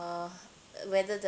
whether the